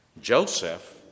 Joseph